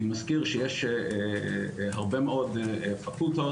אני מזכיר שיש הרבה מאוד פקולטות,